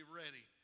ready